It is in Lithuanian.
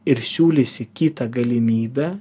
ir siūlysi kitą galimybę